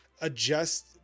adjust